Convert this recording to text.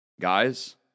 Guys